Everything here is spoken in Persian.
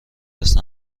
است